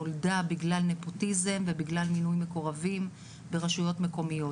נולדה בגלל נפוטיזם ובגלל מינוי מקורבים ברשויות מקומיות,